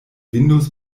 windows